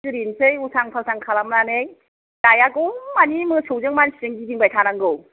सिरिनोसै उल्टां फाल्टां खालामनानै गायागौ मानि मोसौजों मानसिजों गिदिंबाय थानांगौ